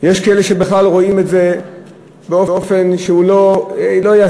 יש כאלה שבכלל רואים את זה באופן שהוא לא ישים,